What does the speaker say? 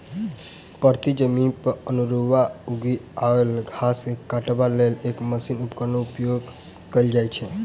परती जमीन पर अनेरूआ उगि आयल घास के काटबाक लेल एहि मशीनक उपयोग कयल जाइत छै